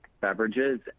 beverages